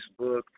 Facebook